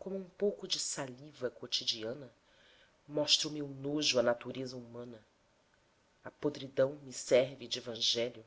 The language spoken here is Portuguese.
como um pouco de saliva quotidiana mostro meu nojo à natureza humana a podridão me serve de evangelho